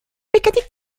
mécanique